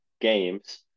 games